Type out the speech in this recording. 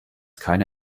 keine